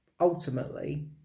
ultimately